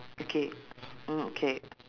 okay mm K